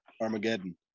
Armageddon